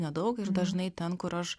nedaug ir dažnai ten kur aš